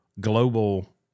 global